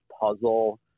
puzzle